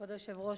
כבוד היושב-ראש,